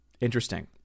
Interesting